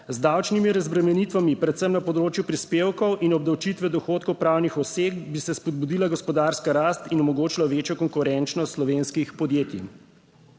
Z davčnimi razbremenitvami predvsem na področju prispevkov in obdavčitve dohodkov pravnih oseb bi se spodbudila gospodarska rast in omogočilo večjo konkurenčnost slovenskih podjetij.